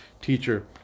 teacher